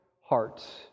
hearts